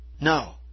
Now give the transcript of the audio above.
No